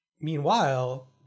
Meanwhile